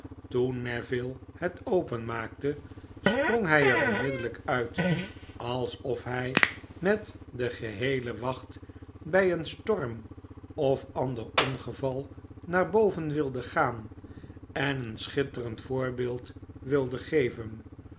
toen neville het open maakte sprong hj er onmiddellgk uit alsof hgmetde geheele wacht by een storm of ander ongeval naar boven wilde gaan en een schitterend voorbeeld wilde geven